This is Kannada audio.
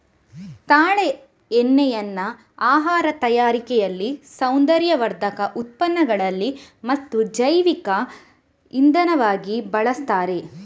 ತಾಳೆ ಎಣ್ಣೆಯನ್ನ ಆಹಾರ ತಯಾರಿಕೆಯಲ್ಲಿ, ಸೌಂದರ್ಯವರ್ಧಕ ಉತ್ಪನ್ನಗಳಲ್ಲಿ ಮತ್ತು ಜೈವಿಕ ಇಂಧನವಾಗಿ ಬಳಸ್ತಾರೆ